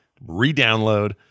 re-download